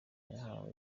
bahawe